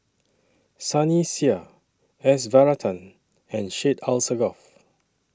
Sunny Sia S Varathan and Syed Alsagoff